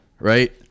Right